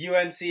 unc